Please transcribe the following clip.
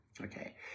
okay